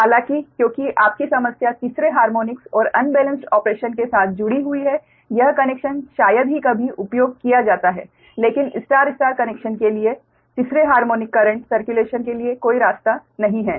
हालाँकि क्योंकि आपकी समस्या तीसरे हार्मोनिक्स और अनबेलेंस्ड ऑपरेशन के साथ जुडी हुई है यह कनेक्शन शायद ही कभी उपयोग किया जाता है लेकिन स्टार स्टार कनेक्शन के लिए तीसरे हार्मोनिक करेंट सर्क्युलेशन के लिए कोई रास्ता नहीं है